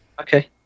Okay